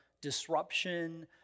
disruption